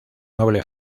noble